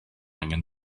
angen